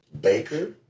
Baker